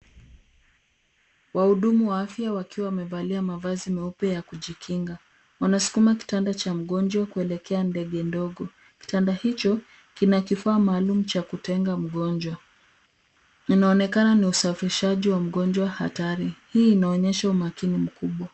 Wahudumu wa afya wakiwa wamevalia mavazi meupe ya kujikinga. Wanasukuma kitanda cha mgonjwa kuelekea ndege ndogo. Kitanda hicho kina kifaa maalum cha kutenge mgonjwa . Inaonekana ni usafirishaji wa mgonjwa hatari. Hii inaonyesha umakini mkubwa.